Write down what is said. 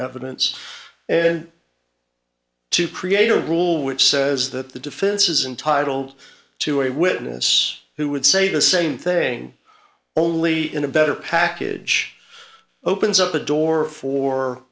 evidence and to create a rule which says that the defense is entitle to a witness who would say the same thing only in a better package opens up a door for